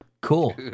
cool